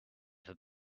for